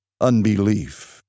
unbelief